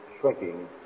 shrinking